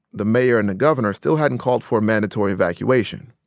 the mayor and the governor still hadn't called for a mandatory evacuation.